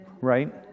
Right